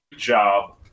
Job